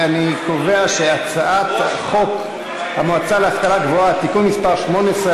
אני קובע שהצעת חוק המועצה להשכלה גבוהה (תיקון מס' 18),